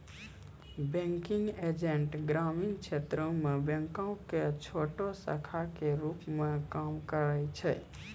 banking agent ग्रामीण क्षेत्रो मे बैंको के छोटो शाखा के रुप मे काम करै छै